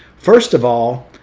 first of all,